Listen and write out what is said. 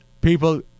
People